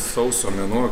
sausio mėnuo